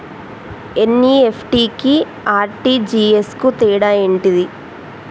NEFT కి RTGS కు తేడా ఏంటిది?